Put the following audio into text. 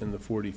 in the forty